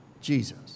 Jesus